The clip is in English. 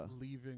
leaving